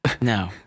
No